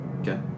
Okay